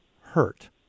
hurt